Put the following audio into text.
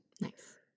Nice